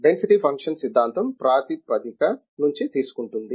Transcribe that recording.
density function సిద్ధాంతం ప్రాతిపదిక నుంచి తీసుకుంటుంది